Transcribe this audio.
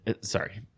sorry